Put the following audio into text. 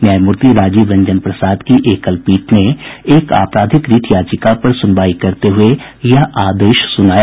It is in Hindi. न्यायमूर्ति राजीव रंजन प्रसाद की एकलपीठ ने एक आपराधिक रिट याचिका पर सुनवाई करते हुए यह आदेश सुनाया